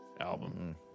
album